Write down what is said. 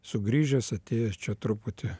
sugrįžęs atėjęs čia truputį